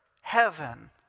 heaven